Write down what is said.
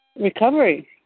recovery